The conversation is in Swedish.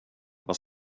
vad